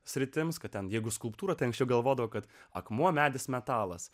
sritims kad ten jeigu skulptūra anksčiau galvodavo kad akmuo medis metalas